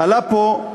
עלה פה,